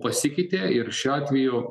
pasikeitė ir šiuo atveju